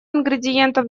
ингредиентов